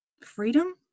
freedom